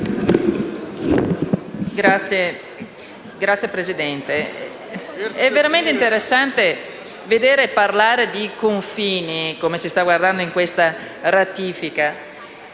Signora Presidente, è veramente interessante sentir parlare di confini, come si sta facendo in questa ratifica,